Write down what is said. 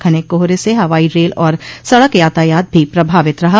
घने कोहरे से हवाई रेल और सड़क यातायात भी प्रभावित रहा